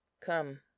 COME